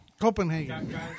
Copenhagen